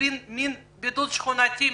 לעשות מין בידוד שכונתי,